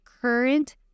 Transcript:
current